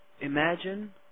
Imagine